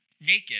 naked